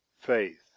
faith